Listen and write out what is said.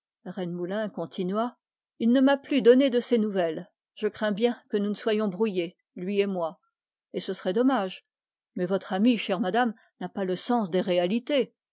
rennemoulin continua il ne m'a plus donné de ses nouvelles je crains bien que nous ne soyons brouillés lui et moi votre ami madame n'a pas le sens des réalités